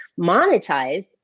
monetize